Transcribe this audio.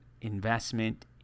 investment